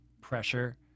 pressure